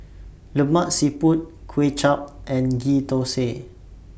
Lemak Siput Kway Chap and Ghee Thosai